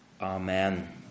Amen